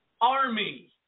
army